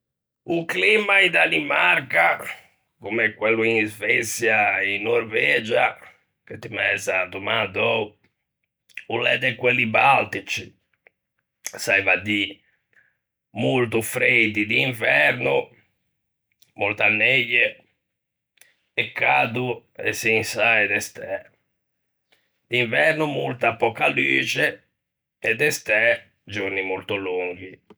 O climma in Danimarca, comme quello in Sveçia e in Norvegia, che ti m'æ za domandou, o l'é de quelli baltici, saiva à dî, molto freidi d'inverno, molta neie, e cado e çinsae de stæ; d'inverno molta pöca luxe, e de stæ giorni molto longhi.